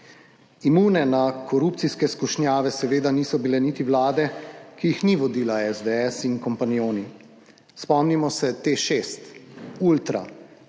Imune na korupcijske skušnjave seveda niso bile niti Vlade, ki jih ni vodila SDS in kompanjoni. Spomnimo se T6, Ultra,